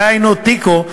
דהיינו תיקו.